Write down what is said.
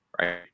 right